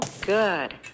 good